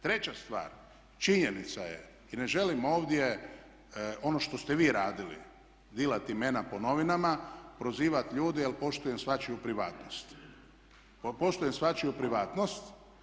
Treća stvar, činjenica je i ne želim ovdje ono što ste vi radili dilat imena po novinama, prozivat ljude jel' poštujem svačiju privatnost, poštujem svačiju privatnost.